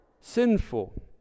sinful